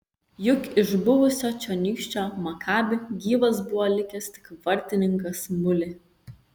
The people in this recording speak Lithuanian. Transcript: juk iš buvusio čionykščio makabi gyvas buvo likęs tik vartininkas mulė